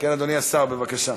כן, אדוני השר, בבקשה.